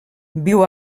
viu